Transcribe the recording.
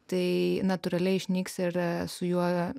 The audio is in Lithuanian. tai natūraliai išnyks yra su juo